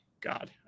God